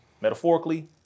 Metaphorically